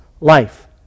life